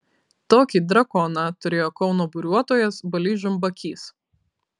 tokį drakoną turėjo kauno buriuotojas balys žumbakys